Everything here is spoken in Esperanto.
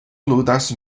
ludas